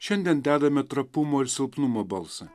šiandien dedame trapumo ir silpnumo balsą